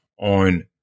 on